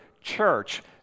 church